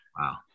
Wow